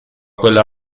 quella